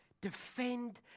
Defend